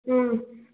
اۭں